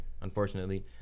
unfortunately